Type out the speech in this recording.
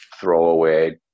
throwaway